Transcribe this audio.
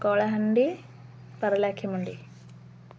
Kalahandi Paralakhemundi